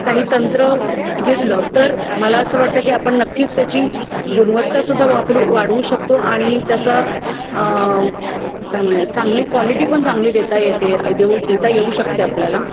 काही तंत्र घेतलं तर मला असं वाटतं की आपण नक्कीच त्याची गुणवत्ता सुद्धा वापरू वाढवू शकतो आणि त्याचा काय म्हणूया चांगली क्वालिटी पण चांगली देता येते देऊ देता येऊ शकते आपल्याला